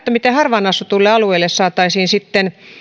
miten harvaan asutuille alueille saataisiin sitten